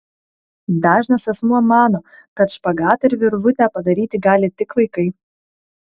dažnas asmuo mano kad špagatą ir virvutę padaryti gali tik vaikai